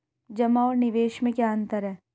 जमा और निवेश में क्या अंतर है?